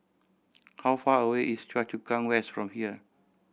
how far away is Choa Chu Kang West from here